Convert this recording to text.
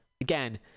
again